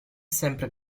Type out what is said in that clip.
sempre